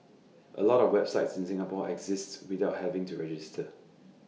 A lot of websites in Singapore exists without having to register